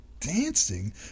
dancing